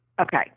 okay